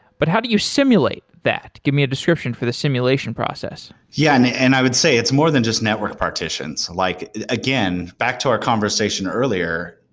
but how do you simulate that? give me a description for the simulation process. yeah, and i would say, it's more than just network partitions. like again, back to our conversation earlier,